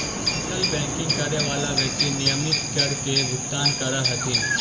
ethical banking करे वाला व्यक्ति नियमित कर के भुगतान करऽ हथिन